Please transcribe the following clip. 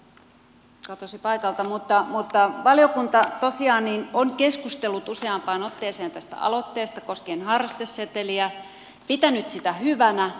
no niin nyt edustaja katosi paikalta mutta valiokunta tosiaan on keskustellut useampaan otteeseen tästä aloitteesta koskien harrasteseteliä pitänyt sitä hyvänä